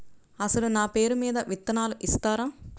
అసలు నా పేరు మీద విత్తనాలు ఇస్తారా?